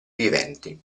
viventi